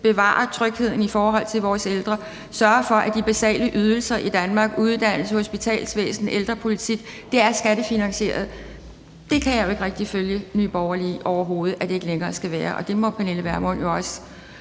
bevare trygheden i forhold til vores ældre og i at sørge for, at de basale ydelser i Danmark i forhold til uddannelse, hospitalsvæsenet og ældrepolitik er skattefinansieret. Det kan jeg overhovedet ikke følge Nye Borgerlige i at det ikke længere skal være, og det må Pernille Vermund jo også